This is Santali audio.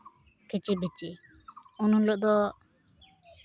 ᱠᱷᱤᱪᱤ ᱵᱤᱪᱤ ᱩᱱ ᱦᱤᱞᱳᱜ ᱫᱚ